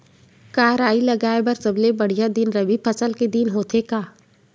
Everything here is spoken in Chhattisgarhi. का राई लगाय बर सबले बढ़िया दिन रबी फसल के दिन होथे का?